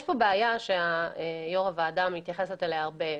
יש בעיה שיושב-ראש הוועדה מתייחסת אליה הרבה.